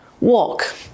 walk